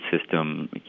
system